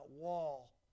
wall